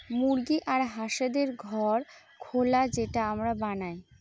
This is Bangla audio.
মুরগি আর হাঁসদের ঘর খোলা যেটা আমরা বানায়